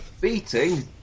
Beating